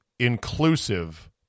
inclusive